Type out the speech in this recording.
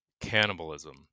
cannibalism